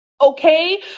Okay